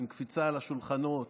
עם קפיצה על השולחנות